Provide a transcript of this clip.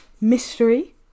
mystery